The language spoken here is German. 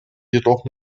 jedoch